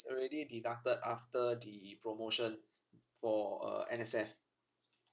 already the deducted after the promotion for uh N_S_F